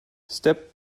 step